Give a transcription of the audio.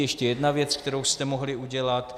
Ještě jedna věc, kterou jste mohli udělat.